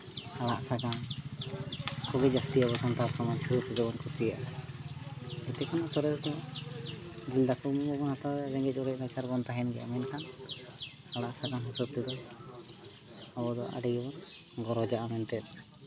ᱟᱲᱟᱜ ᱥᱟᱠᱟᱢ ᱠᱷᱩᱵᱚᱭ ᱡᱟᱹᱥᱛᱤ ᱟᱵᱚ ᱥᱟᱱᱛᱟᱲ ᱦᱚᱯᱚᱱ ᱫᱚᱵᱚᱱ ᱠᱩᱥᱤᱭᱟᱜ ᱠᱟᱱᱟ ᱨᱮᱸᱜᱮᱡ ᱱᱟᱪᱟᱨ ᱵᱚᱱ ᱛᱟᱦᱮᱱ ᱜᱮᱭᱟ ᱢᱮᱱᱠᱷᱟᱱ ᱟᱲᱟᱜ ᱥᱟᱠᱟᱢ ᱦᱤᱥᱟᱹᱵᱽ ᱛᱮᱫᱚ ᱟᱵᱚ ᱫᱚ ᱟᱹᱰᱤ ᱜᱮᱵᱚᱱ ᱜᱚᱨᱚᱡᱟᱜᱼᱟ ᱢᱮᱱᱛᱮ